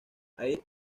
air